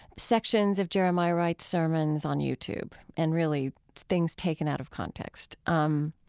sections of jeremiah wright's sermons on youtube and really things taken out of context, um